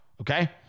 okay